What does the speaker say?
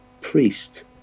priest